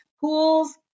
Pools